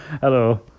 Hello